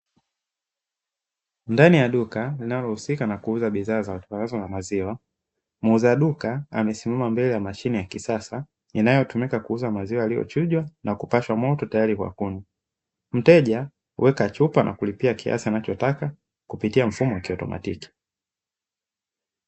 Ndani ya duka linalohusika na kuuza bidhaa zitokanazo na maziwa, muuza duka amesimama mbele ya mashine ya kisasa inayotumika kuuza maziwa yaliyochujwa na kupashwa moto tayari kwa kunywa, mteja huweka chupa na kulipia kiasi anachotaka kupitia mfumo wa kiautomatiki.